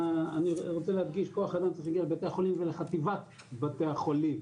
אני רוצה להדגיש כוח אדם שיגיע לבתי החולים ולחטיבת בתי החולים,